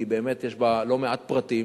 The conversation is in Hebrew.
כי באמת יש בה לא מעט פרטים,